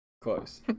Close